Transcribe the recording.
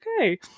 Okay